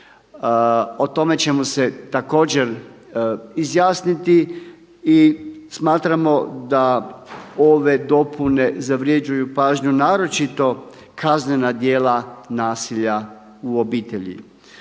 O tome ćemo se također izjasniti i smatramo da ove dopune zavrjeđuju pažnju naročito kaznena djela nasilja u obitelji.